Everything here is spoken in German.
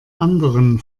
anderen